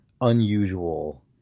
unusual